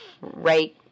right